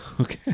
Okay